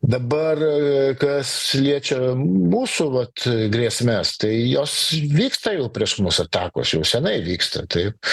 dabar kas liečia mūsų vat grėsmes tai jos vyksta jau prieš mus atakos jau senai vyksta tai